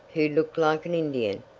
who looked like an indian,